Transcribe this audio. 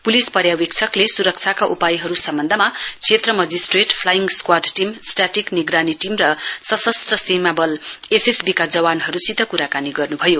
police पर्यावेक्षकले स्रक्षाका उपायहरू सम्बन्धमा क्षेत्र magistrate flying squad team static निगरानी टीम र सशस्त्र सीमा बल एसएसबीका जवानहरूसित क्राकानी गर्न् भयो